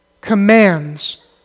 commands